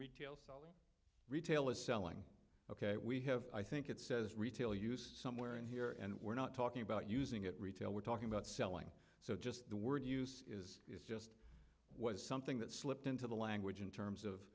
retail retail is selling ok we have i think it says retail use somewhere in here and we're not talking about using it retail we're talking about selling so just the word used is was something that slipped into the language in terms of